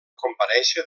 comparèixer